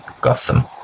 Gotham